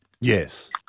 Yes